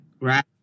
right